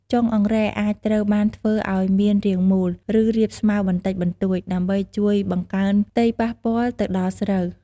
ចុងអង្រែអាចត្រូវបានធ្វើឲ្យមានរាងមូល ឬរាបស្មើបន្តិចបន្តួច ដើម្បីជួយបង្កើនផ្ទៃប៉ះពាល់ទៅដល់ស្រូវ។